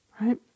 right